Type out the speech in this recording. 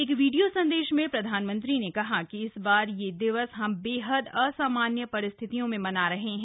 एक वीडियो संदेश में प्रधानमंत्री ने कहा कि इस बार यह दिवस हम बेहद असामान्य परिस्थितियों में मना रहे हैं